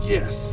Yes